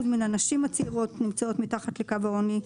מן הנשים הצעירות נמצאות מתחת לקו העוני,